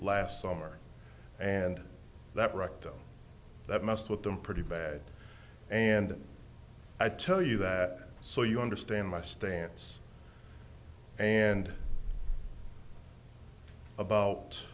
last summer and that wrecked that must with them pretty bad and i tell you that so you understand my stance and about